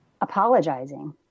apologizing